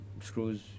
screws